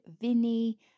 Vinny